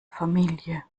familie